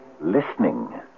listening